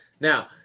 Now